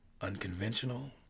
unconventional